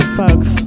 folks